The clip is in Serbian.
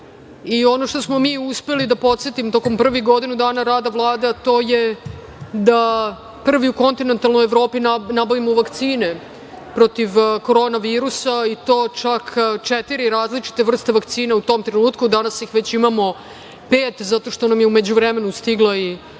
što smo mi uspeli, da podsetim, tokom prvih godinu dana rada Vlade to je da prvi u kontinentalnoj Evropi nabavimo vakcine protiv korona virusa i to čak četiri različite vrste vakcina u tom trenutku. Danas ih već imamo pet, zato što nam je u međuvremenu stigla i